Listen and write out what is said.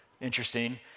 Interesting